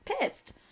pissed